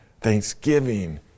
thanksgiving